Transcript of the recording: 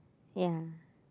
ya